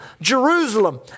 Jerusalem